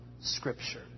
Scripture